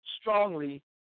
strongly